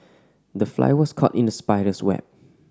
the fly was caught in the spider's web